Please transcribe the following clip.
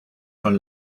son